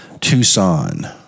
Tucson